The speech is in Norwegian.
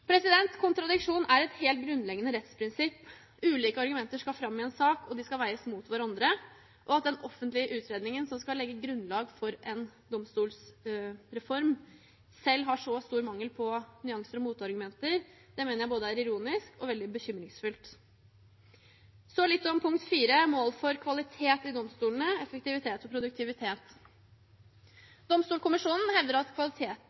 Kontradiksjon er et helt grunnleggende rettsprinsipp. Ulike argumenter skal fram i en sak, og de skal veies mot hverandre, og at den offentlige utredningen som skal legge grunnlag for en domstolreform, selv har så stor mangel på nyanser og motargumenter, mener jeg både er ironisk og veldig bekymringsfullt. Så litt om punkt 4 – mål for kvalitet, effektivitet og produktivitet i domstolene: